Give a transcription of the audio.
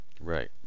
right